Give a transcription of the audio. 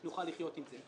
נוכל לחיות עם זה.